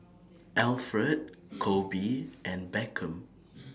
Alfred Kobe and Beckham